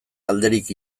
alderik